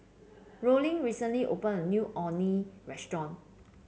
Rollin recently opened a new Orh Nee Restaurant